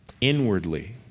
inwardly